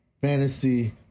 Fantasy